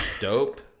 dope